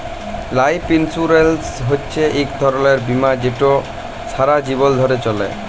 life insurance হছে ইক ধরলের বীমা যেট সারা জীবল ধ্যরে চলে